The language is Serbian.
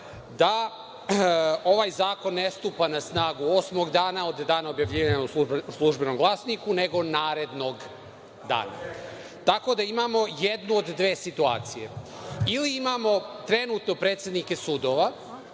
da ovaj zakon ne stupa na snagu osmog dana od dana objavljivanja u „Službenom glasniku“, nego narednog dana. Tako da, imamo jednu od dve situacije. Ili imamo trenutno predsednike sudova